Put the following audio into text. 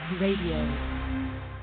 radio